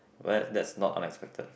where that's not unexpected